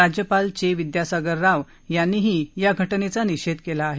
राज्यपाल चे विद्यासागर राव यांनी या घटनेचा निषेध केला आहे